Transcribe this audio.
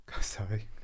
Sorry